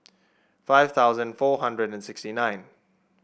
five thousand four hundred and sixty nine